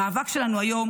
המאבק שלנו היום,